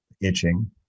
itching